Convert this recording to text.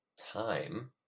time